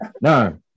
No